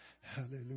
hallelujah